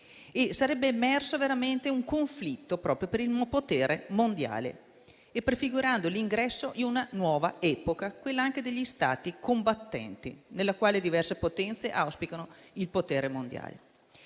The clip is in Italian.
e sarebbe emerso un conflitto per il potere mondiale, prefigurando l'ingresso di una nuova epoca, quella degli Stati combattenti, nella quale diverse potenze auspicano il potere mondiale.